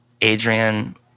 Adrian